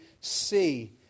see